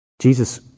Jesus